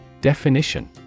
Definition